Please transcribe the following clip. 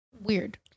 Weird